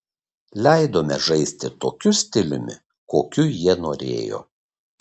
leidome žaisti tokiu stiliumi kokiu jie norėjo